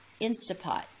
Instapot